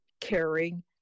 caring